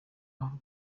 aho